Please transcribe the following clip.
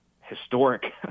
historic